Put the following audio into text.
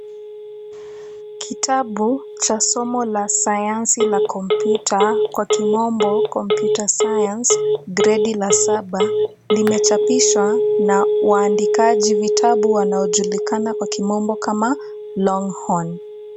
Kitabu cha somo la sayansi la kompiuta kwa kimombo computer science gredi la saba limechapishwa na waandikaji vitabu wanaojulikana kwa kimombo kama Longhorn.